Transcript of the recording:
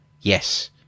yes